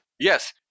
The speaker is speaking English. Yes